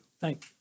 Thank